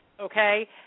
okay